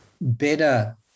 better